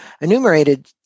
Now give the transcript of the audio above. enumerated